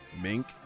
mink